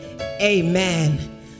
amen